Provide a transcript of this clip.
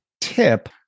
tip